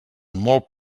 molt